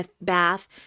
bath